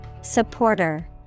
Supporter